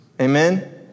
Amen